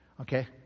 Okay